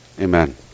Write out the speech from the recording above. amen